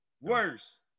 worse